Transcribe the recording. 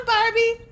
Barbie